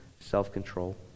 self-control